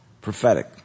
prophetic